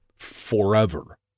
forever